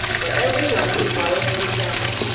for every one to follow his example,